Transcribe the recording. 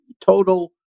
total